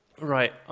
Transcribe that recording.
Right